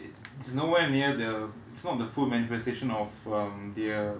it's nowhere near the it's not the full manifestation of um their